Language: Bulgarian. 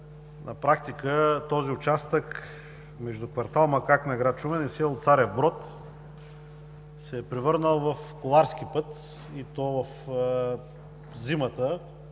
на практика този участък между квартал „Макак“ на град Шумен и село Царев Брод се е превърнал в коларски път, и то зимата,